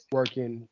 working